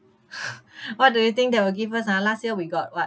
what do you think that will give us ah last year we got what